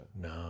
No